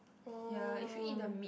oh